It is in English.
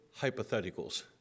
hypotheticals